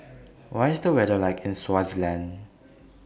What IS The weather like in Swaziland